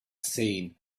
seen